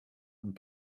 und